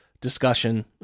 discussion